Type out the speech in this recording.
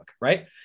right